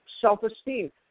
self-esteem